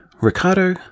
Ricardo